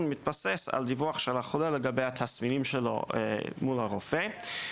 מתבסס על דיווח של החולה לגבי התסמינים שלו מול הרופא.